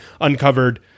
uncovered